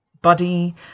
buddy